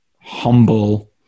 humble